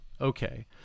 okay